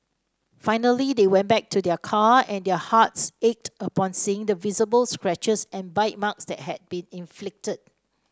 finally they went back to their car and their hearts ached upon seeing the visible scratches and bite marks that had been inflicted